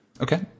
Okay